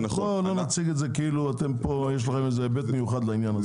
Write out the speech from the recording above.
בוא לא נציג את זה כאילו אתם פה יש לכם איזה היבט מיוחד לעניין הזה.